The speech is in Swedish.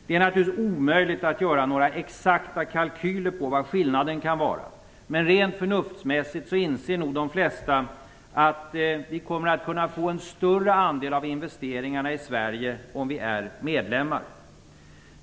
Det är naturligtvis omöjligt att göra några exakta kalkyler över vad skillnaden kan vara, men rent förnuftsmässigt inser nog de flesta att vi kommer att kunna få en större andel av investeringarna i Sverige om Sverige är medlem.